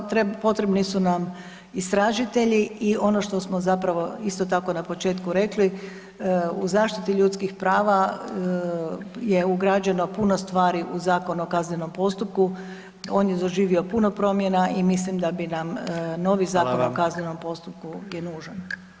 Potrebni su nam istražitelji i ono što smo isto tako na početku rekli u zaštiti ljudskih prava je ugrađeno puno stvari u Zakon o kaznenom postupku, on je doživio puno promjena i mislim da bi nam novi Zakon o kaznenom postupku je nužan.